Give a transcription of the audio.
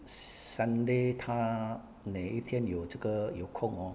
sun~ sunday 他哪一天有这个有空哦